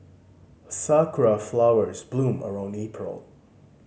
sakura flowers bloom around April